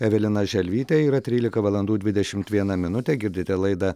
evelina želvytė yra trylika valandų dvidešimt viena minutė girdite laidą